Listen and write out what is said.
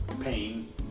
pain